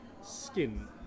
skin